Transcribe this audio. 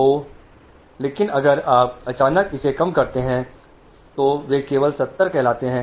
तो लेकिन अगर आप इसे अचानक इसे कम करते हैं तो वे कहते हैं कि यह केवल 70 ही है